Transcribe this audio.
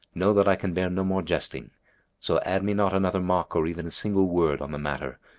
know that i can bear no more jesting so add me not another mock or even a single word on the matter,